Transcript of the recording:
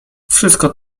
wszystko